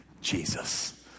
Jesus